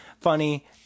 funny